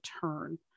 turn